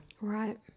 Right